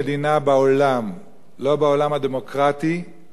לא בעולם הדמוקרטי ולא בעולם הדיקטטורי,